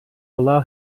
allow